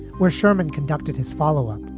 where sherman conducted his following.